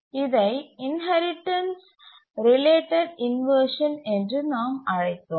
இதை inheritance related inversion என்று நாம் அழைத்தோம்